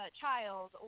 child